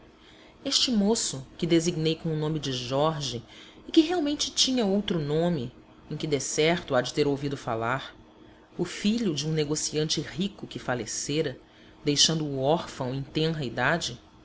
este moço que designei com o nome de jorge e que realmente tinha outro nome em que decerto há de ter ouvido falar o filho de um negociante rico que falecera deixando-o órfão em tenra idade